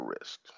risk